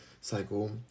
cycle